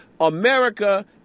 America